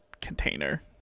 container